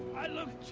i love